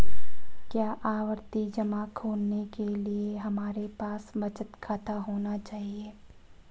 क्या आवर्ती जमा खोलने के लिए हमारे पास बचत खाता होना चाहिए?